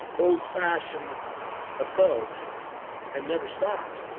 old fashioned approach and never stopped,